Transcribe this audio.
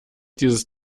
dieses